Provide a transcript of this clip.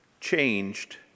Changed